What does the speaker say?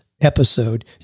episode